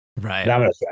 right